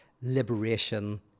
liberation